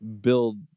build